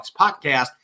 podcast